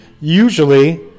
Usually